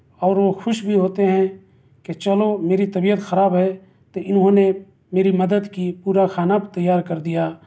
اور وہ خوش بھی ہوتے ہیں کہ چلو میری طبیعت خراب ہے تو اِنہوں نے میری مدد کی پورا کھانا تیار کر دیا